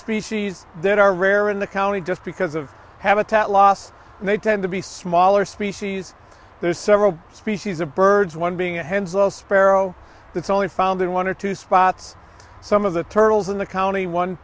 species that are rare in the county just because of habitat loss and they tend to be smaller species there's several species of birds one being a hens all sparrow that's only found in one or two spots some of the turtles in the county one